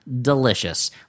delicious